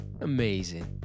Amazing